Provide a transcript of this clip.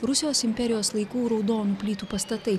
rusijos imperijos laikų raudonų plytų pastatai